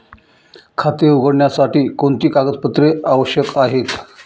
खाते उघडण्यासाठी कोणती कागदपत्रे आवश्यक आहे?